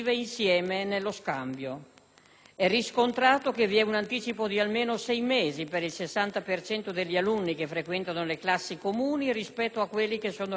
È riscontrato che vi è un anticipo di almeno sei mesi per il 60 per cento degli alunni che frequentano le classi comuni rispetto a quelli raggruppati in classi separate.